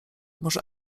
może